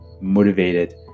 motivated